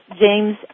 James